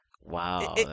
Wow